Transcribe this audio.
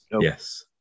Yes